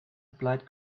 applied